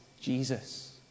Jesus